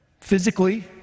physically